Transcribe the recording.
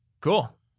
Cool